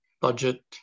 budget